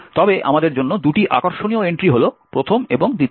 তবে আমাদের জন্য দুটি আকর্ষণীয় এন্ট্রি হল প্রথম এবং দ্বিতীয়